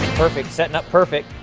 perfect. setting up perfect.